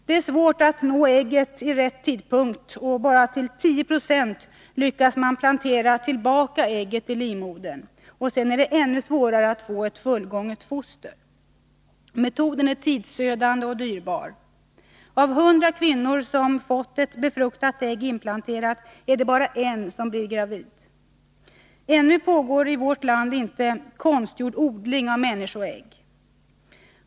Det är svårt att nå ägget vid rätt tidpunkt, och bara till 10 96 lyckas man plantera tillbaka ägget i livmodern. Sedan är det ännu svårare att få ett fullgånget foster. Metoden är tidsödande och dyrbar. Av 100 kvinnor som fått ett befruktat ägg inplanterat är det bara en som blivit gravid. Ännu pågår inte i vårt land konstgjord ”odling” av människoägg.